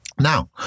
Now